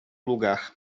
lugar